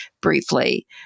briefly